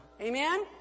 amen